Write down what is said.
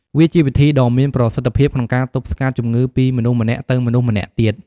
វាជាវិធីដ៏មានប្រសិទ្ធភាពក្នុងការទប់ស្កាត់ជំងឺពីមនុស្សម្នាក់ ទៅមនុស្សម្នាក់ទៀត។